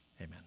amen